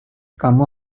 kamu